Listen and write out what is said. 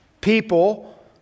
people